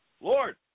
Lord